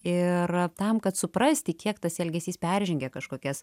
ir tam kad suprasti kiek tas elgesys peržengia kažkokias